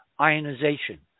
ionization